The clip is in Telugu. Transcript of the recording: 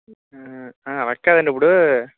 అలా కాదు అండి ఇప్పుడు